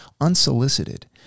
unsolicited